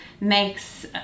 makes